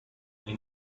nei